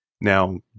Now